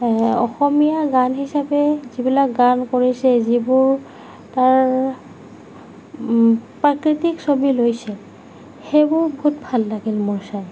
অসমীয়া গান হিচাপে যিবিলাক গান কৰিছে যিবোৰ তাৰ প্ৰাকৃতিক ছবি লৈছে সেইবোৰ বহুত ভাল লাগিল মোৰ চাই